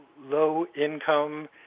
low-income